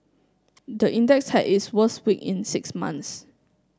the index had its worst week in six months